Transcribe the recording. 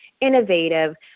innovative